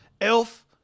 elf